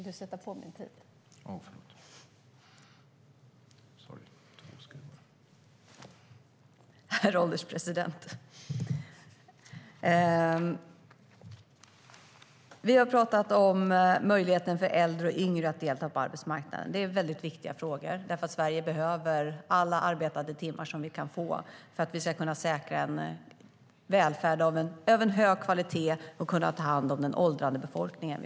Herr ålderspresident! Vi har pratat om möjligheterna för äldre och yngre att delta på arbetsmarknaden. De är viktiga frågor därför att Sverige behöver alla arbetade timmar som går att få för att säkra en välfärd av hög kvalitet och kunna ta hand om den åldrande befolkningen.